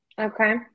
Okay